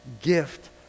gift